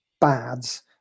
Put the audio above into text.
bads